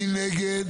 מי נגד?